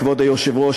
כבוד היושב-ראש,